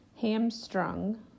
Hamstrung